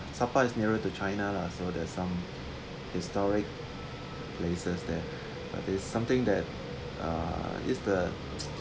sapa is nearer to china lah so there's some historic places there uh this something that uh is the